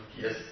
Yes